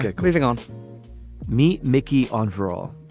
grieving on me, mickey, on raw.